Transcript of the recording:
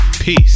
peace